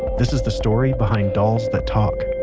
this is the story behind dolls that talk,